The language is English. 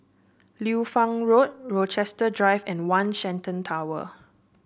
Liu Fang Road Rochester Drive and One Shenton Tower